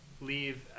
leave